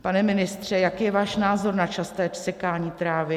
Pane ministře, jaký je váš názor na časté sekání trávy?